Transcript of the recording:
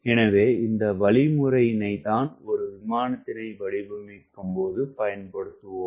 எனவே இந்த வழிமுறையினைத் தான் ஒரு விமானத்தினை வடிவமைக்கும்போது பயன்படுத்துவோம்